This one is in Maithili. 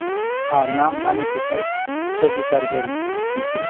हॅं नाम जानै छियै सब छै दू चारि गो कऽ